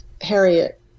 Harriet